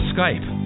Skype